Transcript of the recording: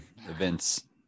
events